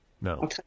No